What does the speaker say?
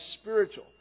spiritual